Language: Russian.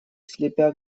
слепя